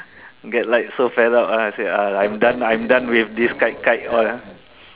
get like so fed up ah I said ah I'm done I'm done with this kite kite all ah